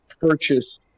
purchase